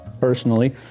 personally